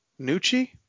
Nucci